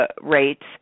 rates